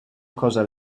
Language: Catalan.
cosa